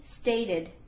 stated